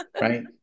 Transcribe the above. right